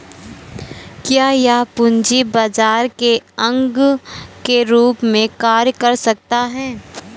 क्या यह पूंजी बाजार के अंग के रूप में कार्य करता है?